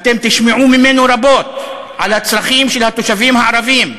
אתם תשמעו ממנו רבות על הצרכים של התושבים הערבים.